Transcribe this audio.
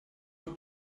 not